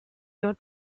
your